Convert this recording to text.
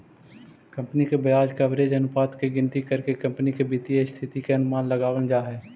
company के ब्याज coverage अनुपात के गिनती करके कंपनी के वित्तीय स्थिति के अनुमान लगावल जा हई